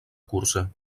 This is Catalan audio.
cursa